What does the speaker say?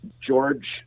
George